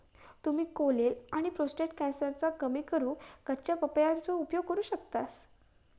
तुम्ही कोलेन आणि प्रोटेस्ट कॅन्सरका कमी करूक कच्च्या पपयेचो उपयोग करू शकतास